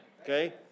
okay